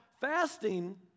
fasting